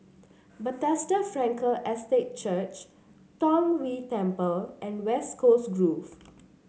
Bethesda Frankel Estate Church Tong Whye Temple and West Coast Grove